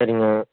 சரிங்க